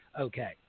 Okay